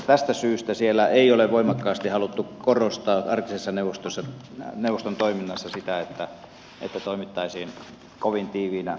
tästä syystä ei ole voimakkaasti haluttu korostaa arktisen neuvoston toiminnassa sitä että toimittaisiin kovin tiiviinä ryhmänä